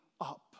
up